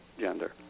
gender